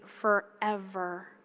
forever